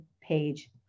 page